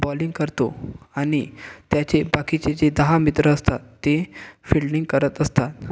bowling करतो आणि त्याचे बाकीचे जे दहा मित्र असतात ते फिल्डिंग करत असतात